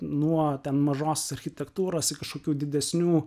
nuo ten mažos architektūrosiki kažkokių didesnių